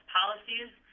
policies